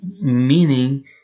Meaning